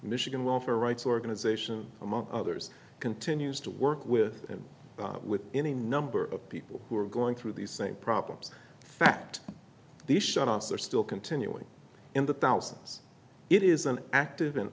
michigan welfare rights organization among others continues to work with them with any number of people who are going through these same problems fact these shots are still continuing in the thousands it is an active an